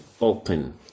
open